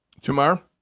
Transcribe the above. Tomorrow